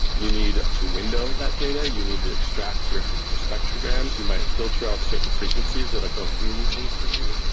you need to window that data. you need to extract your your spectrograms. you might filter out certain frequencies that don't mean anything for you.